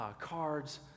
cards